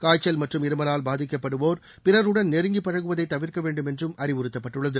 காய்ச்சல் மற்றும் இருமலால் பாதிக்கப்படுவோர் பிறருடன் நெருங்கி பழகுவதை தவிர்க்க வேண்டுமென்றும் அறிவுறுத்தப்பட்டுள்ளது